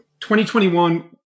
2021